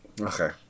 Okay